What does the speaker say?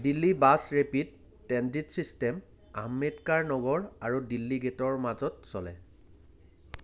Delhi bus rapid transit system Ambedkar Nagar আৰু দিল্লী গে'টৰ মাজত চলে